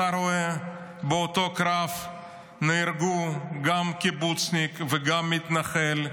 אתה רואה שבאותו קרב נהרגו גם קיבוצניק וגם מתנחל,